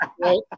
right